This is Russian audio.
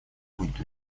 будет